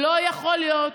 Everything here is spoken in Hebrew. לא יכול להיות